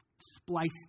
spliced